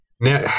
now